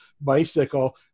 bicycle